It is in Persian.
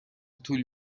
طول